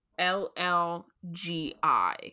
L-L-G-I